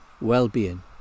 well-being